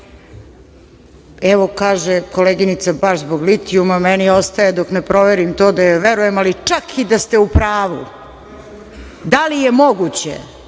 kaže koleginica – baš zbog litijuma. Meni ostaje, dok ne proverim to, da joj verujem, ali čak i da ste u pravu, da li je moguće